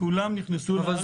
כולם נכנסו לארץ באשרת סיעוד.